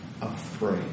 afraid